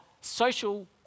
social